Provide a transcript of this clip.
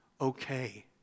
okay